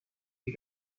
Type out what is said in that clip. you